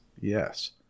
Yes